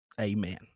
Amen